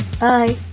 bye